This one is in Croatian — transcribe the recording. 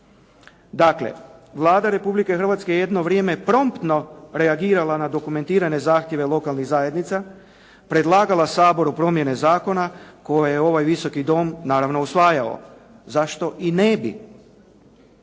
Dakle, Vlada Republike Hrvatske jedno je vrijeme promptno reagirala na dokumentirane zahtjeve lokalnih zajednica, predlagala Saboru promjene zakona koje je ovaj Visoki dom naravno usvajao. Zašto i ne bi?